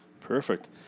Perfect